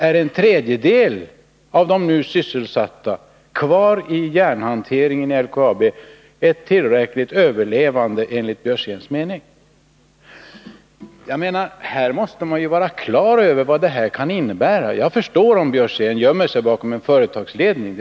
Är en tredjedel av de nu sysselsatta kvar i järnhanteringen i LKAB tillräckligt för att betecknas som ett överlevande, enligt Karl Björzéns mening? Man måste vara på det klara med vad det hela kan innebära. Jag förstår om Karl Björzén gömmer sig bakom företagsledningen.